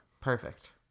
perfect